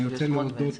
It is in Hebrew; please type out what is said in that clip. אני רוצה להודות